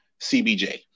cbj